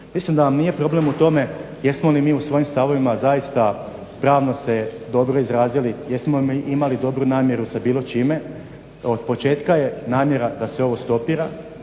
mislim da vam nije problem u tome jesmo li mi u svojim stavovima zaista pravno se dobro izrazili, jesmo li imali dobru namjeru sa bilo čime. Od početka je namjera da se ovo stopira